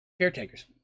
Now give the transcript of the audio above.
caretakers